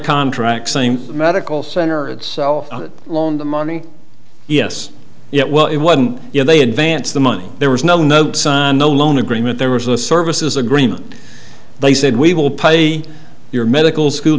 contract same medical center it's loaned the money yes yes well it wasn't you know they advance the money there was no note no loan agreement there was a services agreement they said we will pay your medical school